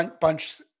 bunch